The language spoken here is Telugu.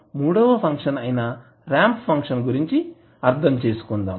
ఇప్పుడు మూడవ ఫంక్షన్ అయినా రాంప్ ఫంక్షన్ గురించి అర్థం చేసుకుందాము